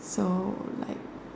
so like